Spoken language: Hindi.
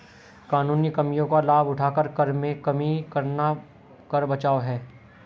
कानूनी कमियों का लाभ उठाकर कर में कमी करना कर बचाव है